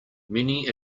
many